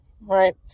right